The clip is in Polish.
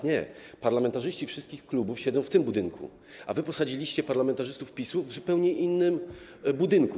Nie, parlamentarzyści wszystkich klubów siedzą w tym budynku, a wy posadziliście parlamentarzystów PiS-u w zupełnie innym budynku.